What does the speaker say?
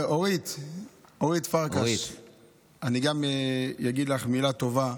אורית, אורית פרקש, אני גם אגיד לך מילה טובה.